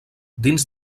dins